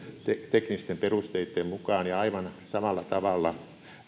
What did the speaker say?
teknisten perusteitten mukaan ja aivan samalla tavalla